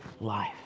life